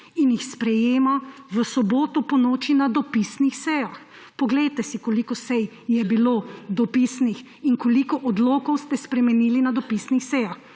in jih sprejema v soboto ponoči na dopisnih sejah. Poglejte si, koliko sej je bilo dopisnih in koliko odlokov ste spremenili na dopisnih sejah.